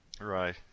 Right